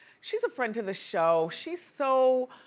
she's a friend to the show. she's so